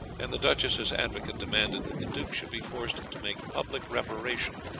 and the duchess's advocate demanded that the duke should be forced to make public reparation,